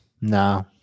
no